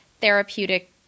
therapeutic